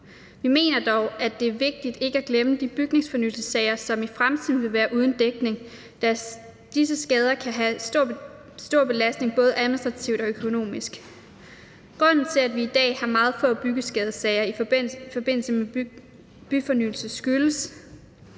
Vi mener dog, at det er vigtigt ikke at glemme de bygningsfornyelsessager, som i fremtiden vil være uden dækning. Disse skader være en stor belastning både administrativt og økonomisk. Grunden til, at vi i dag har meget få byggeskadesager i forbindelse med byfornyelse, er,